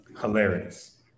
hilarious